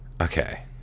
okay